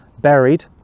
buried